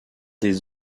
des